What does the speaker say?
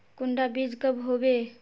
कुंडा बीज कब होबे?